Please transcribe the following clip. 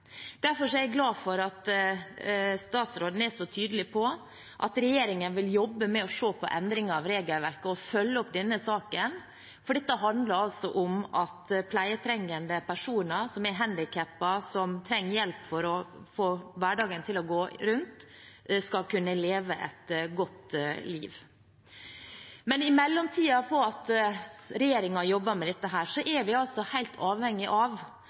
Derfor er jeg glad for at statsråden er så tydelig på at regjeringen vil jobbe med å se på endringer av regelverket og følge opp denne saken, for dette handler om at pleietrengende personer – som er handikappet, som trenger hjelp for å få hverdagen til å gå rundt – skal kunne leve et godt liv. I mellomtiden, mens regjeringen jobber med dette, er vi altså helt avhengige av